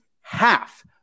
half